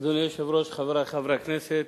אדוני היושב-ראש, חברי חברי הכנסת,